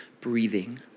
breathing